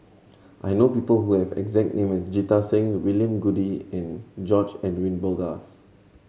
I know people who have exact name as Jita Singh William Goode and George Edwin Bogaars